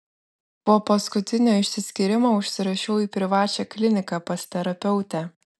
po paskutinio išsiskyrimo užsirašiau į privačią kliniką pas terapeutę